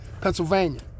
Pennsylvania